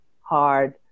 hard